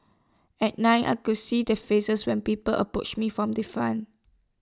at night I could see the faces when people approached me from the front